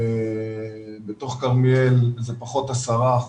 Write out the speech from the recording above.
בתוך כרמיאל זה פחות 10%,